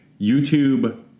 YouTube